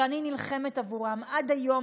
שאני נלחמת עבורם עד היום,